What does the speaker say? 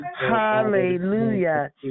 Hallelujah